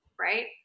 right